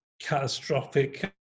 catastrophic